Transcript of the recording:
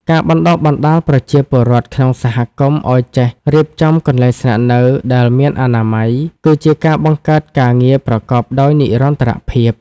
ការបណ្តុះបណ្តាលប្រជាពលរដ្ឋក្នុងសហគមន៍ឱ្យចេះរៀបចំកន្លែងស្នាក់នៅ ដែលមានអនាម័យ គឺជាការបង្កើតការងារប្រកបដោយនិរន្តរភាព។